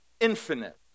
infinite